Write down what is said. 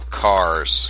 cars